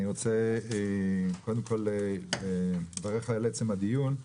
אני רוצה קודם כול לברך על עצם הדיון.